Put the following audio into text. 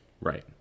right